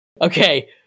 Okay